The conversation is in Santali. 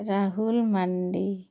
ᱨᱟᱹᱦᱩᱞ ᱢᱟᱱᱰᱤ